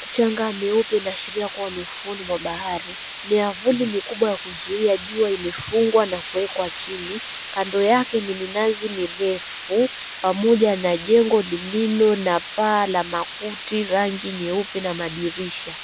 Mchanga mweupe unaashiria kuwa na ufuoni mwa bahari, miavuli mikubwa ya kuzuia jua imefungwa na kuwekwa chini. Kando yake ni minazi mirefu pamoja na jengo lililo na paa la makuti rangi nyeupe na madirisha.